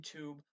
YouTube